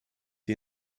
sie